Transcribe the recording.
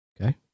Okay